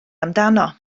amdano